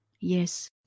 Yes